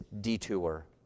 detour